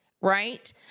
right